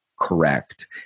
Correct